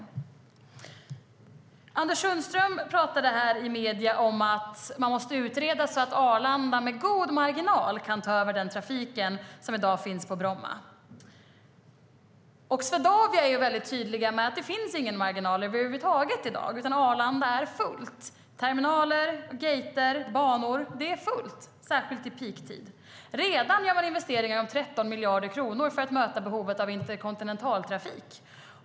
Swedavia är mycket tydliga med att det inte finns någon marginal över huvud taget i dag, utan det är fullt på Arlanda. Terminaler, gater och banor är fulla, särskilt vid peaktider. Redan görs det investeringar på 13 miljarder kronor för att möta behovet av interkontinentaltrafik.